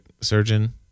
surgeon